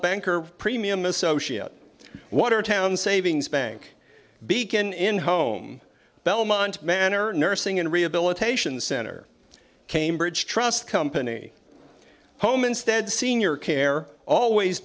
banker premium associate watertown savings bank beacon in home belmont manor nursing and rehabilitation center cambridge trust company home instead senior care always